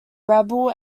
rebel